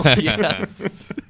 Yes